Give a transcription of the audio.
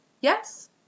Yes